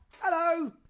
hello